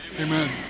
Amen